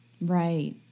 Right